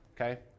okay